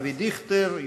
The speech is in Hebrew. אבי דיכטר,